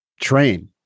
train